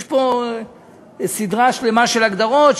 יש פה סדרה שלמה של הגדרות,